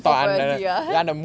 paparazzi ah